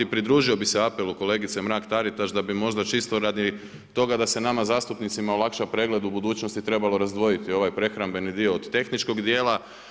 Pridružio bih se apelu kolegice Mrak-Taritaš da bi možda čisto radi toga da se nama zastupnicima olakša pregled u budućnosti trebalo razdvojiti ovaj prehrambeni dio od tehničkog dijela.